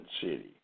city